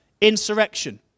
insurrection